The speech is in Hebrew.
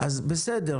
בסדר,